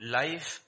life